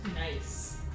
Nice